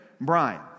Brian